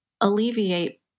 alleviate